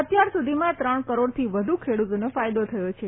અત્યાર સુધીમાં ત્રણ કરોડથી વધુ ખેડુતોને ફાયદો થયો છે